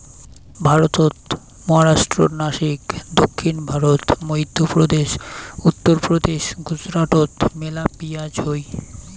ভারতত মহারাষ্ট্রর নাসিক, দক্ষিণ ভারত, মইধ্যপ্রদেশ, উত্তরপ্রদেশ, গুজরাটত মেলা পিঁয়াজ হই